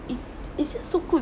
it it's just so cool